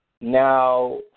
Now